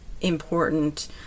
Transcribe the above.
important